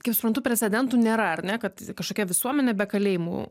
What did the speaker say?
kaip suprantu precedentų nėra ar ne kad kažkokia visuomenė be kalėjimų